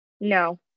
no